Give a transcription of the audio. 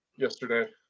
Yesterday